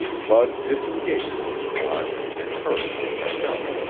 bud disengaged his rod and hurried to catch up.